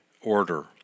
order